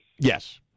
Yes